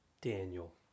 Daniel